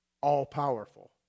all-powerful